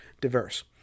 diverse